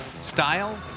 style